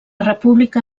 república